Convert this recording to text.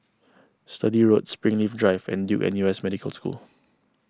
Sturdee Road Springleaf Drive and Duke N U S Medical School